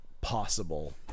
possible